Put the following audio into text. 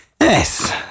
Yes